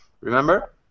Remember